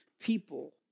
people